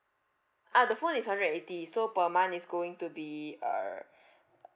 ah the phone is hundred and eighty so per month it's going to be err